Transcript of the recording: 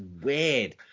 weird